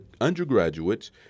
undergraduates